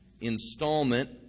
installment